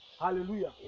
Hallelujah